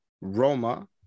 Roma